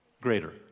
Greater